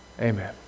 Amen